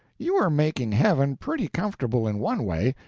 you are making heaven pretty comfortable in one way,